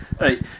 Right